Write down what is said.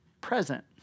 present